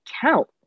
count